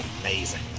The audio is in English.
amazing